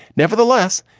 nevertheless,